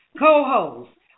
Co-host